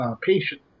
patient